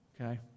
Okay